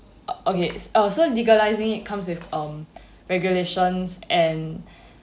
okay it's uh so legalising it comes with um regulations and